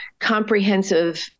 comprehensive